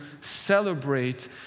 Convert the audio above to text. celebrate